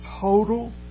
total